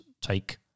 take